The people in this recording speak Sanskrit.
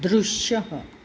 दृश्यः